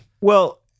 Well-